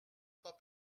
pas